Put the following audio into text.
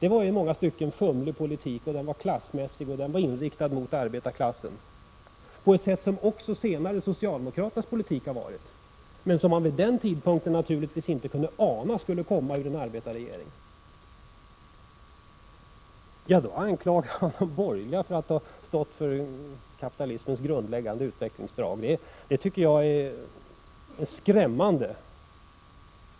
Det var en i många stycken fumlig politik, som var klassmässig och riktad mot arbetarklassen, på ett sätt som socialdemokraternas politik senare också har varit, men som man vid den tidpunkten naturligtvis inte kunde ana skulle drivas av en arbetarregering. Industriministern anklagar då de borgerliga för att ha stått för kapitalismens grundläggande utvecklingsdrag, och det är en skrämmande